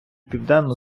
південно